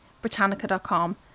Britannica.com